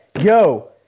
yo